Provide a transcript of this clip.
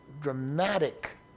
dramatic